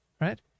right